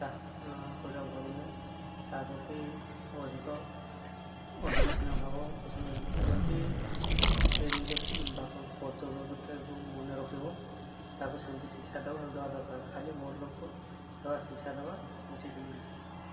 ତାହା କରିବା ଭଲ୍ ନୁହେଁ ତା ପ୍ରତି ଅଧିକ ଅଧିକ ସ୍ନେହ ଭାବ ପୋଷଣ ଯେମନ୍ତି ସେ ନିଜ ବାପାଙ୍କ କର୍ତ୍ତବ୍ୟକୁ ମନେ ରଖିବ ତାକୁ ସେମିତି ଶିକ୍ଷା ଦବା ଦରକାର ଖାଲି ବଡ଼ ଲୋକ ହେବା ଶିକ୍ଷା ଦେବା ଉଚିତ୍ ନୁହେଁ